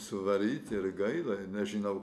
suvaryti ir gaila nežinau